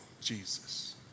Jesus